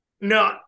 No